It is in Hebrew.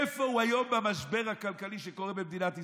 איפה הוא היום במשבר הכלכלי שקורה במדינת ישראל?